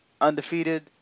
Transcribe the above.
undefeated